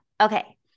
okay